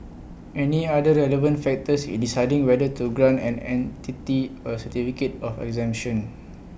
any other relevant factors in deciding whether to grant an entity A certificate of exemption